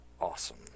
awesome